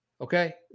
Okay